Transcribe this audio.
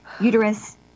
uterus